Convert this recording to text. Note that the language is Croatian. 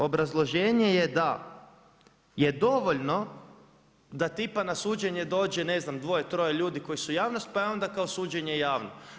Obrazloženje je da je dovoljno da tipa na suđenje dođe ne znam, dvoje, troje ljudi koju su javnost, pa je onda kao suđenje javno.